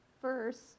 first